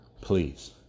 Please